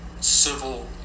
civil